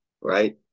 Right